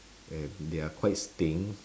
and they are quite stink